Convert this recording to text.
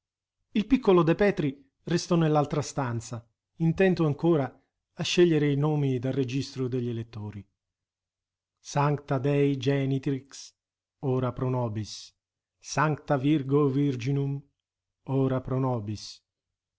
il piccolo de petri restò nell'altra stanza intento ancora a scegliere i nomi dal registro degli elettori sancta dei genitrix ora pro nobis sancta virgo virginum ora pro nobis